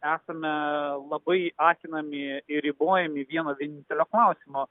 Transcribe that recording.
esame labai akinami ir ribojami vieno vienintelio klausimo